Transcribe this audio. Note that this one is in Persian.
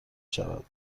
شود